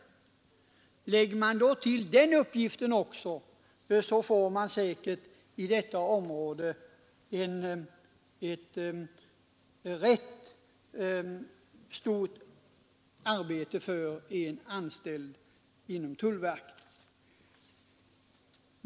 Lägger man till den uppgiften, får man säkert i detta område ganska mycket arbete för en anställd vid tullverket.